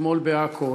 אתמול בעכו,